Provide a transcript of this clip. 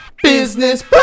Business